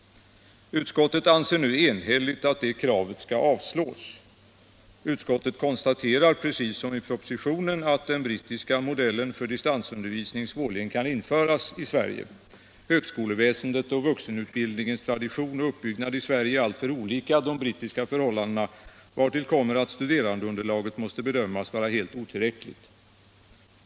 Utskottet anser nu enhälligt att det kravet = i utbildningsväsenskall avslås. I utskottsbetänkandet konstateras, precis som i propositio — det nen, att den brittiska modellen för distansundervisning svårligen kan införas i Sverige. Högskoleväsendets och vuxenutbildningens tradition och uppbyggnad i Sverige är alltför olika de brittiska förhållandena, vartill kommer att studerandeunderlaget måste bedömas vara helt otillräckligt.